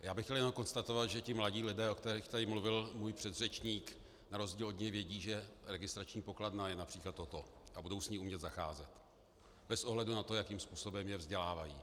Já bych chtěl jenom konstatovat, že ti mladí lidé, o kterých tady mluvil můj předřečník, na rozdíl od něj vědí, že registrační pokladna je například toto a budou s ní umět zacházet bez ohledu na to, jakým způsobem je vzdělávají.